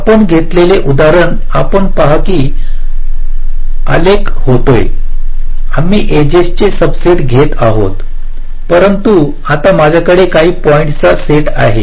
आपण घेतलेले उदाहरण आपण पहा की आमचा आलेख होता आम्ही एजेस चे सबसेट घेत आहोत परंतु आता माझ्याकडे काही पॉईंट्सचा सेट आहे